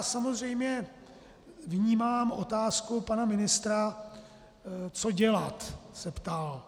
Samozřejmě vnímám otázku pana ministra co dělat? se ptal.